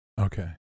okay